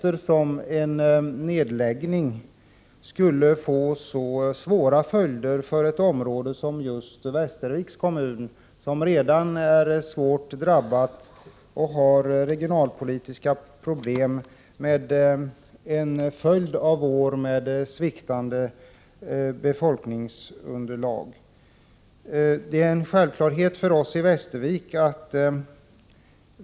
En nedläggning skulle få svåra följder för ett område som Västerviks kommun, som redan är svårt drabbat och som har regionalpolitiska problem till följd av att befolkningsunderlaget har sviktat under en rad av år.